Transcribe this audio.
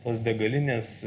tos degalinės